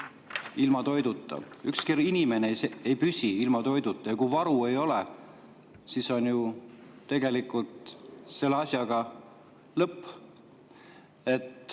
ilma toiduta, ükski inimene ei püsi [elus] ilma toiduta, ja kui varu ei ole, siis on ju tegelikult selle asjaga lõpp.